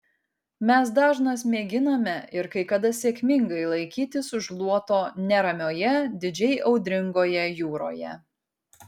mes dažnas mėginame ir kai kada sėkmingai laikytis už luoto neramioje didžiai audringoje jūroje